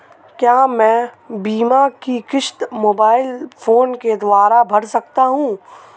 क्या मैं बीमा की किश्त मोबाइल फोन के द्वारा भर सकता हूं?